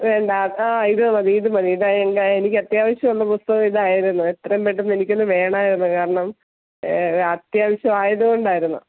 വേണ്ട അ ആ ഇത് മതി ഇത് മതി ഇതാണ് എൻ്റെ എനിക്ക് അത്യാവശ്യമുള്ള പുസ്തകം ഇതായിരുന്നു എത്രയും പെട്ടെന്ന് എനിക്കൊന്ന് വേണമായിരുന്നു കാരണം അത്യാവശ്യം ആയതുകൊണ്ടായിരുന്നു